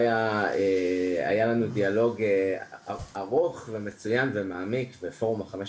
היה לנו דיאלוג ארוך מצוין ומעמיק ופורום ה-15